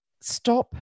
Stop